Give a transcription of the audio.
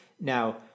Now